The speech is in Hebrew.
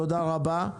תודה רבה.